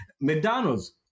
McDonald's